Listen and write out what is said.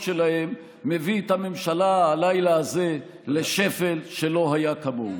שלהם מביא את הממשלה הלילה הזה לשפל שלא היה כמוהו.